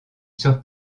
sur